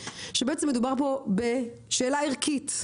שמדובר פה בשאלה ערכית.